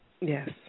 Yes